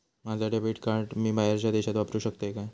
माझा debit card मी बाहेरच्या देशात वापरू शकतय काय?